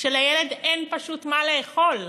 כשלילד פשוט אין מה לאכול.